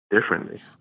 differently